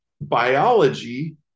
biology